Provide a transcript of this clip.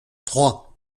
trois